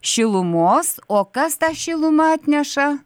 šilumos o kas tą šilumą atneša